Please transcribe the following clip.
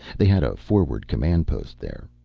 they had a forward command post there.